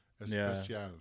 Especial